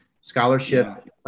scholarship